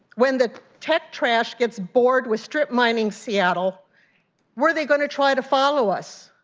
when the tech trash gets bored with stripmining seattle where they going to try to follow us?